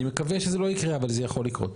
אני מקווה שזה לא יקרה, אבל זה יכול לקרות.